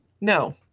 No